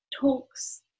talks